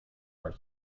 are